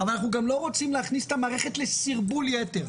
אבל אנחנו גם לא רוצים חלילה להכניס את המערכת לסרבול יתר.